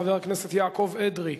חבר הכנסת יעקב אדרי,